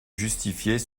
justifiait